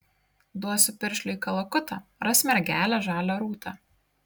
duosiu piršliui kalakutą ras mergelę žalią rūtą